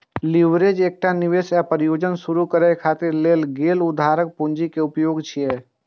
leverage एकटा निवेश या परियोजना शुरू करै खातिर लेल गेल उधारक पूंजी के उपयोग छियै